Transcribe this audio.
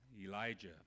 Elijah